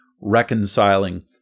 reconciling